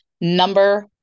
Number